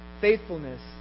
faithfulness